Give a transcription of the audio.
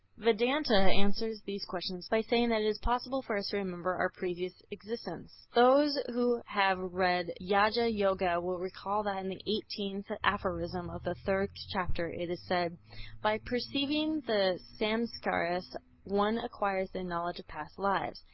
vedanta answers these questions by saying that it is possible for us to remember our previous existences. those who have read yeah raja yoga will recall that in the eighteenth aphorism of the third chapter it is said by perceiving the samskaras one acquires the knowledge of past lives.